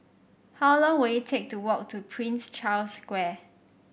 how long will it take to walk to Prince Charles Square